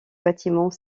bâtiments